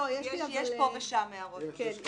האמת היא שניסיתי לא להעיר הערות נוסח.